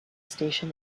station